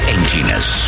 Emptiness